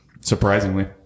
surprisingly